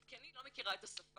כי אני לא מכירה את השפה,